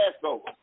Passover